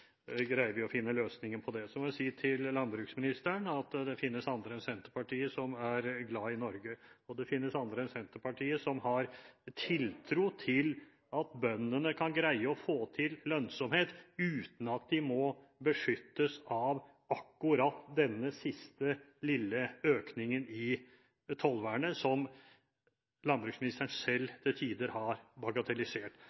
greier vi å finne løsninger på det. Så må jeg si til landbruksministeren at det finnes andre enn Senterpartiet som er glad i Norge, og det finnes andre – i motsetning til Senterpartiet – som har tiltro til at bøndene kan greie å få til lønnsomhet uten at de må beskyttes av akkurat denne siste lille økningen i tollvernet, som landbruksministeren